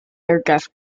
aircraft